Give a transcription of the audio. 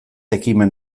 ekimen